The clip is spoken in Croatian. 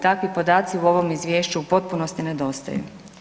Takvi podaci u ovom izvješću u potpunosti nedostaju.